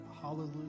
hallelujah